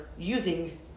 using